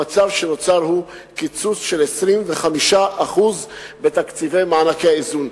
המצב שנוצר הוא קיצוץ של 25% בתקציבי מענקי האיזון.